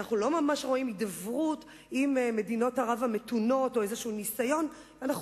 אנחנו לא ממש רואים הידברות עם מדינות ערב המתונות או ניסיון כלשהו.